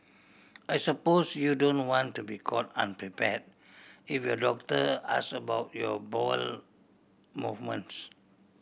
I suppose you don't want to be caught unprepared if your doctor ask about your bowel movements